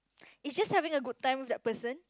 it's just having a good time with that person